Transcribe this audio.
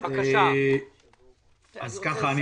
כמובן,